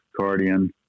Cardian